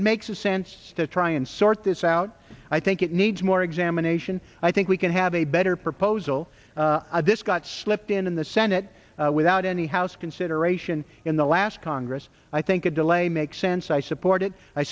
it makes sense to try and sort this out i think it needs more examination i think we can have a better proposal this got slipped in the senate without any house consideration in the last congress i think a delay makes sense i support it i